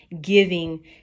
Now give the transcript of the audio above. giving